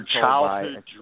childhood